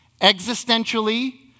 existentially